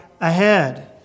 ahead